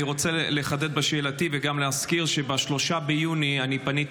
אני רוצה לחדד את שאלתי וגם להזכיר שב-3 ביוני פניתי